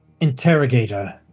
Interrogator